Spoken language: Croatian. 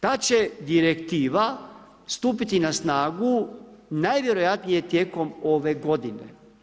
Ta će direktiva stupiti na snagu najvjerojatnije tijekom ove godine.